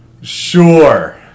Sure